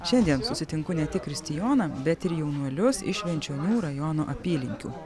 šiandien susitinku ne tik kristijoną bet ir jaunuolius iš švenčionių rajono apylinkių